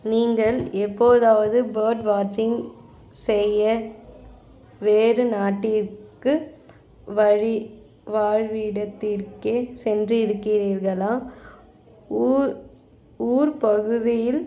நீங்கள் எப்போதாவது பேர்ட் வாட்சிங் செய்ய வேறு நாட்டிற்கு வழி வாழ்விடத்திற்கே சென்று இருக்கிறீர்களா ஊர் ஊர் பகுதியில்